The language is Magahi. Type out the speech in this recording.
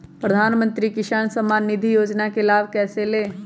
प्रधानमंत्री किसान समान निधि योजना का लाभ कैसे ले?